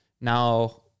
now